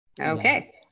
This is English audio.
Okay